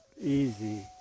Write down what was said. easy